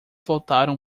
voltaram